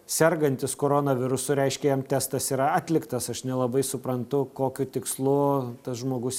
sergantis koronavirusu reiškia jam testas yra atliktas aš nelabai suprantu kokiu tikslu tas žmogus